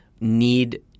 need